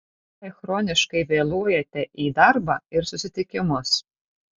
jei chroniškai vėluojate į darbą ir susitikimus